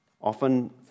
Often